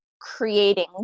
creating